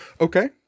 Okay